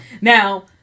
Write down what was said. Now